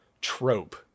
trope